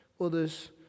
others